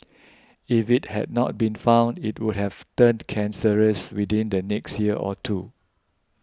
if it had not been found it would have turned cancerous within the next year or two